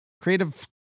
Creative